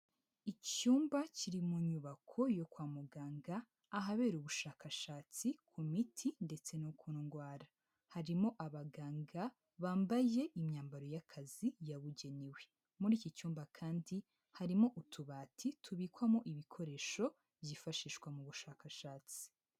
Icyumba kiri mu nyubako yo kwa muganga, ahabera ubushakashatsi ku miti ndetse no ku ndwara, harimo abaganga bambaye imyambaro y'akazi yabugenewe, muri iki cyumba kandi harimo utubati tubikwamo ibikoresho byifashishwa mu bushakashatsi.